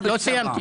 ביקשתי